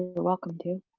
welcome to.